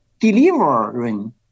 delivering